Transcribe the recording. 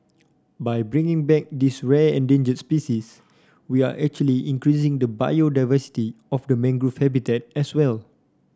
by bringing back this rare endangered species we are actually increasing the biodiversity of the mangrove habitat as well